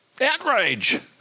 outrage